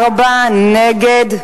4. נגד,